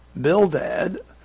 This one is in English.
Bildad